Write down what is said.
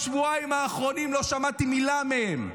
בשבועיים האחרונים לא שמעתי מילה מהם.